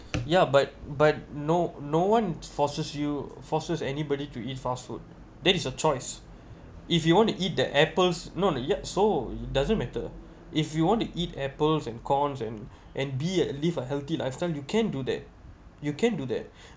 ya but but no no one forces you forces anybody to eat fast food that is a choice if you want to eat the apples not yet so it doesn't matter if you want to eat apples and corns and and be live a healthy lifestyle you can do that you can do that